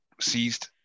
seized